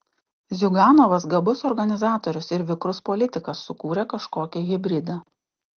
ziuganovas gabus organizatorius ir vikrus politikas sukūrė kažkokį hibridą